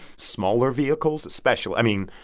smaller vehicles especially. i mean,